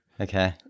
Okay